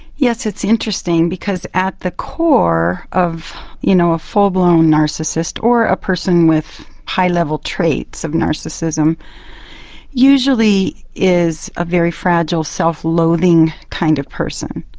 yes, it's interesting because at the core of you know a full-blown narcissist or a person with high-level traits of narcissism usually is a very fragile self-loathing kind of person,